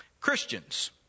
Christians